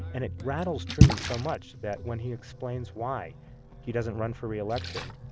and it rattles truman so much that when he explains why he doesn't run for reelection,